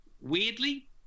Weirdly